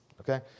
Okay